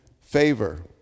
favor